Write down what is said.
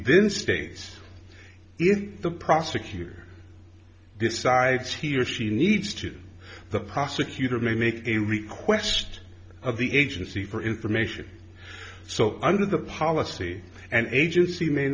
then stays if the prosecutor decides he or she needs to the prosecutor may make a request of the agency for information so under the policy and agency may